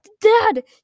Dad